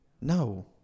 No